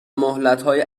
مهلتهای